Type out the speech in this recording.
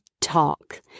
Talk